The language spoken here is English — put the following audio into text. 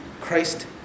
Christ